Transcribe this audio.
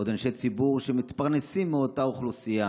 ועוד אנשי ציבור שמתפרנסים מאותה אוכלוסייה